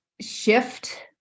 shift